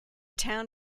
town